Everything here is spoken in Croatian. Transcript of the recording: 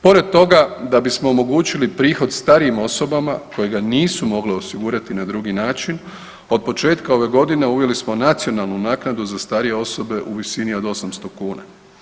Pored toga da bismo omogućili prihod starijim osobama kojega nisu mogle osigurati na drugi način, od početka ove godine uveli smo nacionalnu naknadu za starije osobe u visini od 800 kuna.